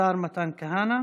השר מתן כהנא,